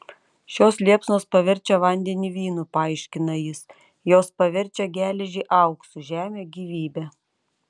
šios liepsnos paverčia vandenį vynu paaiškina jis jos paverčia geležį auksu žemę gyvybe